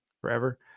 forever